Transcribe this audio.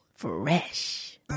fresh